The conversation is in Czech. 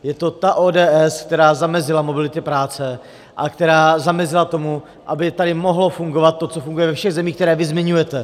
Je to ta ODS, která zamezila mobilitě práce a která zamezila tomu, aby tady mohlo fungovat to, co funguje ve všech zemích, které vy zmiňujete.